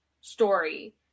story